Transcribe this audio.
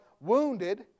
wounded